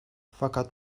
fakat